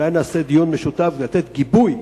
אולי נעשה דיון משותף כדי לתת גיבוי